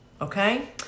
Okay